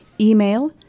email